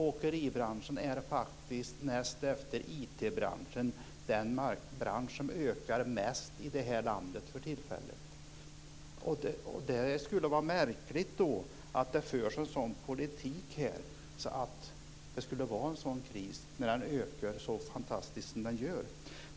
Åkeribranschen är faktiskt, näst efter IT-branschen, den bransch som ökar mest i landet för tillfället. Det skulle vara märkligt att det förs en sådan politik att det skulle vara en kris när branschen ökar så fantastiskt som den gör.